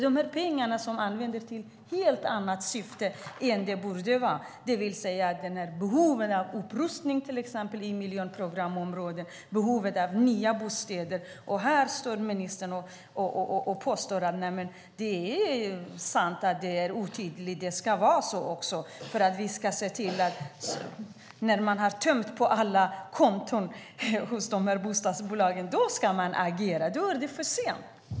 De pengarna används till helt andra syften än vad de borde gå till, till exempel behovet av upprustning i miljonprogramsområdena och behovet av nya bostäder. Här står ministern och säger att det är sant att det är otydligt och att det ska vara så. När man har tömt alla konton hos bostadsbolagen, då ska man agera. Men då är det för sent.